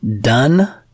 Done